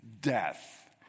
death